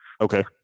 Okay